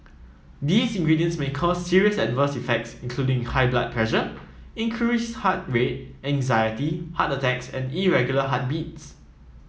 these ingredients may cause serious adverse effects including high blood pressure increased heart rate anxiety heart attacks and irregular heartbeats